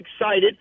excited